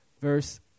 Verse